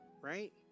right